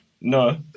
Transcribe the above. No